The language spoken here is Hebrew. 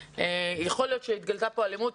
יכול להיות שהתגלתה פה אלימות,